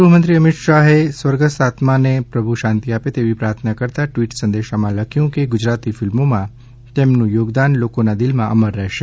ગૃહમંત્રી અમિત શાહે સ્વર્ગથ આત્માને પ્રભુ શાંતિ આપે તેવી પ્રાર્થના કરતા ટવીટ સંદેશમાં લખ્યુ કે ગુજરાતી ફિલ્મોમાં તેમનુ યોગદાન લોકોના દિલમાં અમર રહેશે